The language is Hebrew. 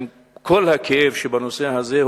עם כל הכאב שבנושא הזה,